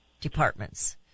departments